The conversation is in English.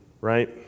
right